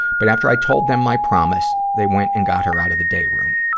but after i told them my promise, they went and got her out of the day room.